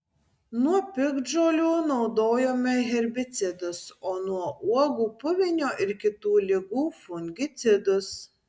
nuo piktžolių naudojome herbicidus o nuo uogų puvinio ir kitų ligų fungicidus